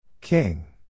King